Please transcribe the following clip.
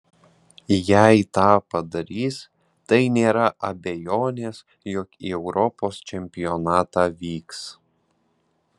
jei tą padarys tai nėra abejonės jog į europos čempionatą vyks